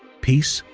peace,